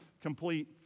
complete